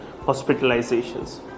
hospitalizations